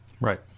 Right